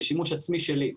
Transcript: לשימוש עצמי שלי,